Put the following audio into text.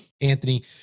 Anthony